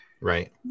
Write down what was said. Right